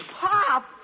pop